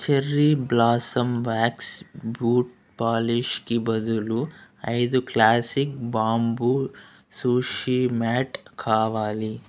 cherry blossom wax boot పాలిష్కి బదులు ఐదు క్లాసిక్ బాంబూ సూషీ మ్యాట్ కావాలి